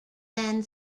van